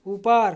ऊपर